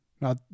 Now